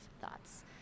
thoughts